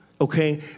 Okay